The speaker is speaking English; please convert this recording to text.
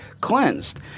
cleansed